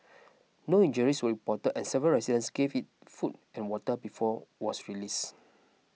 no injuries were reported and several residents gave it food and water before was release